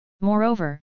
Moreover